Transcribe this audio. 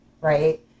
Right